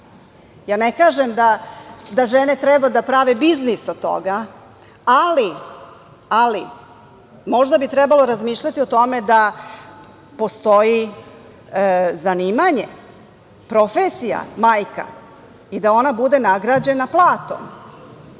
Ja ne kažem da žene treba da prave biznis od toga, ali možda bi trebalo razmišljati o tome da postoji zanimanje, profesija majka i da ona bude nagrađena platom.